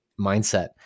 mindset